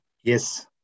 Yes